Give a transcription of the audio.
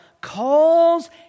calls